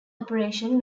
operation